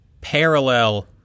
parallel